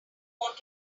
want